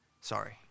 sorry